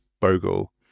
Bogle